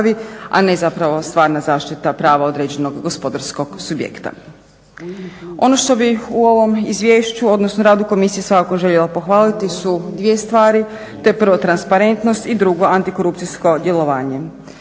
a ne zapravo stvarna zaštita prava određenog gospodarskog subjekta. Ono što bih u ovom izvješću, odnosno radu komisije svakako željela pohvaliti su dvije stvari, to je prvo transparentnost i drugo antikorupcijsko djelovanje.